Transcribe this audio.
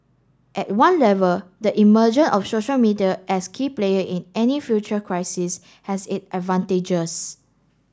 at one level the emergence of social media as key player in any future crisis has it advantages